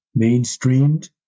mainstreamed